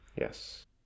Yes